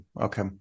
okay